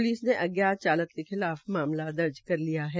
police ने अज्ञात चालक के खिलाफ मामला दर्ज कर लिया है